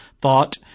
thought